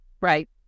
right